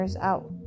out